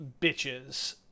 Bitches